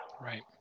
Right